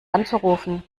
anzurufen